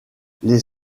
les